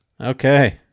Okay